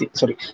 sorry